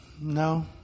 No